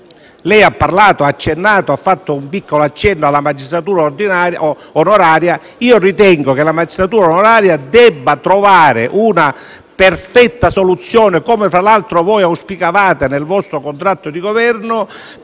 importante, cui lei ha fatto un piccolo accenno, è la magistratura onoraria. Ritengo che per la magistratura onoraria si debba trovare una perfetta soluzione, come peraltro voi auspicavate nel vostro contratto di Governo.